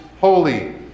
holy